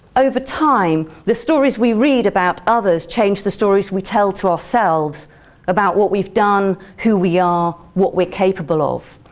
over time, the stories we read about others change the stories we tell to ourselves about what we've done, who we are, what we're capable of.